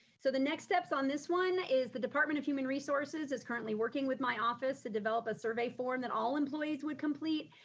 so the next steps on this one, is the department of human resources is currently working with my office to develop a survey form that all employees would complete,